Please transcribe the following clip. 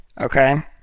okay